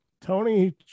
Tony